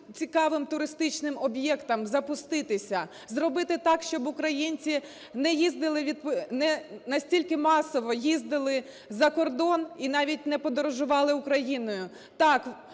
цікавим туристичним об'єктам запуститися, зробити так, щоб українці не їздити, не настільки масово їздили закордон і навіть не подорожували Україною.